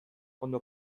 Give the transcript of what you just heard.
ondo